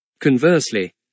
Conversely